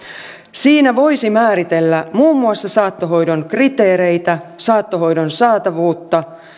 siinä voisi määritellä muun muassa saattohoidon kriteereitä saattohoidon saatavuutta